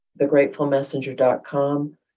thegratefulmessenger.com